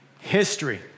History